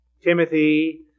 Timothy